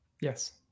Yes